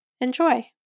enjoy